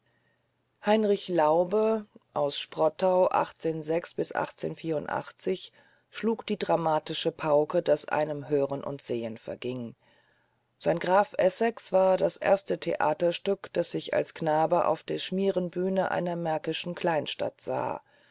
heinrich laube aus sprotte schlug die dramatische pauke daß einem hören und sehen verging sein graf essex war das erste theaterstück das ich als knabe auf der schmierenbühne einer märkischen kleinstadt sah